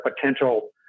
potential